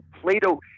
Plato